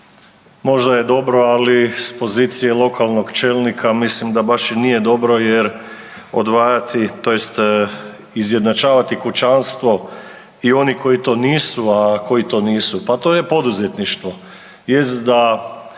možda je dobro, ali s pozicije lokalnog čelnika mislim da baš i nije dobro jer odvajati tj. izjednačavati kućanstvo i oni koji to nisu. A koji to nisu? Pa to je poduzetništvo,